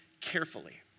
carefully